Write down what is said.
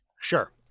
Sure